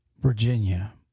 Virginia